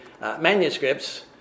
manuscripts